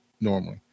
normally